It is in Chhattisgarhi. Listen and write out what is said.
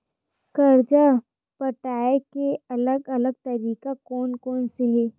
कर्जा पटाये के अलग अलग तरीका कोन कोन से हे?